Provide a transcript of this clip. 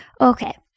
Okay